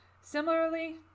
Similarly